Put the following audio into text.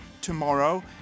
tomorrow